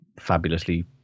fabulously